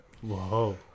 Whoa